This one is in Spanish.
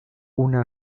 una